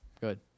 Good